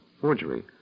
forgery